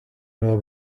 know